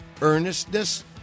earnestness